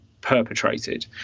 perpetrated